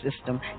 System